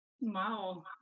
Wow